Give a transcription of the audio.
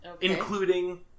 including